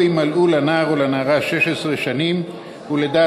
או אם מלאו לנער או לנערה 16 שנים ולדעת